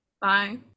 Bye